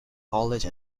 college